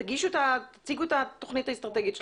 תציגו את התוכנית האסטרטגית שלכם.